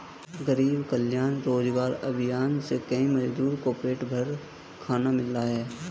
गरीब कल्याण रोजगार अभियान से कई मजदूर को पेट भर खाना मिला है